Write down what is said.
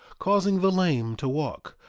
causing the lame to walk,